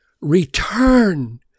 return